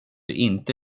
inte